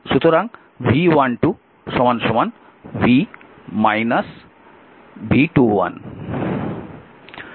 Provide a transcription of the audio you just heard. সুতরাং V V12 V V21